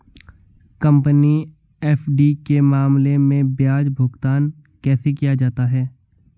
Company FD के मामले में ब्याज भुगतान कैसे किया जाता है?